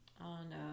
on